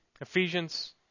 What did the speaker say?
Ephesians